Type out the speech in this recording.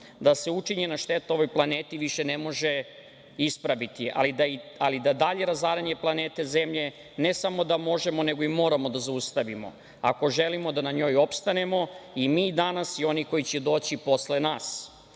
da se učinjena šteta ovoj planeti više ne može ispraviti, ali da dalje razaranje planete zemlje ne samo da možemo nego i moramo da zaustavimo, ako želimo da na njoj opstanemo i mi danas i oni koji će doći posle